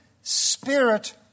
spirit